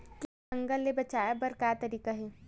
कीट पंतगा ले बचाय बर का तरीका हे?